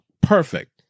perfect